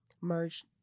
merge